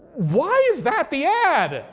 why is that the ad?